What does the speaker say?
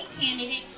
Candidate